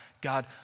God